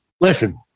listen